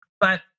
But-